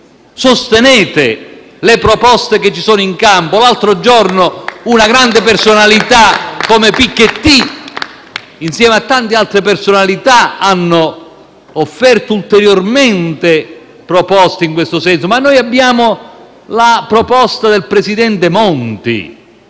sostenere le proposte che ci sono in campo. *(Applausi dal Gruppo PD)*. L'altro giorno una grande personalità come Piketty, insieme a tante altre personalità, ha offerto ulteriori proposte in questo senso, ma noi abbiamo la proposta del presidente Monti,